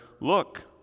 Look